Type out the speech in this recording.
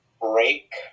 break